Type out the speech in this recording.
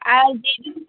আর যেদিন